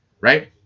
right